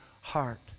heart